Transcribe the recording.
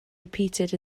repeated